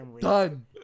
Done